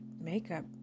makeup